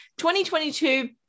2022